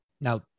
now